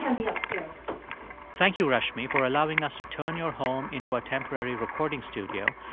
um be upstairs thank you, rashmi, for allowing us to turn your home into a temporary recording studio.